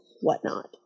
whatnot